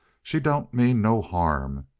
she don't mean no harm.